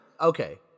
okay